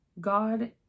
God